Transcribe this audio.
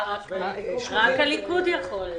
חד משמעי, רק הליכוד יכול.